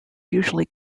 usually